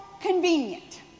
convenient